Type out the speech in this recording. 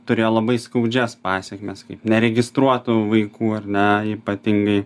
turėjo labai skaudžias pasekmes kaip neregistruotų vaikų ar ne ypatingai